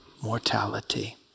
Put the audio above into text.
mortality